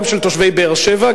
גם של תושבי באר-שבע,